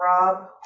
rob